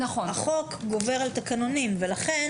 החוק גובר על תקנונים ולכן